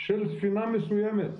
של ספינה מסוימת,